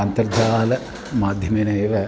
अन्तर्जालस्य माध्यमेन एव